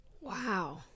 Wow